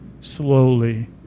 Slowly